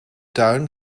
tuin